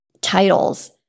titles